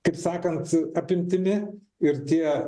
kaip sakant apimtimi ir tie